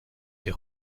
est